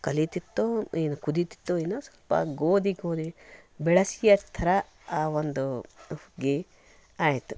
ಕಲಿತಿತ್ತೋ ಏನೋ ಕುದಿತಿತ್ತೊ ಏನೋ ಸ್ವಲ್ಪ ಗೋಧಿ ಗೋಧಿ ಬೆಳಸಿಯ ಥರ ಆ ಒಂದು ಹುಗ್ಗಿ ಆಯಿತು